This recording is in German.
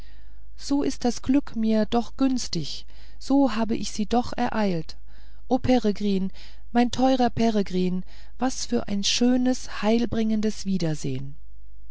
so ist das glück mir doch günstig so habe ich sie doch ereilt o peregrin mein teurer peregrin was für ein schönes heilbringendes wiedersehen